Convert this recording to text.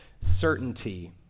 certainty